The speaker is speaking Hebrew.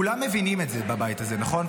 כולם מבינים את זה בבית הזה, נכון?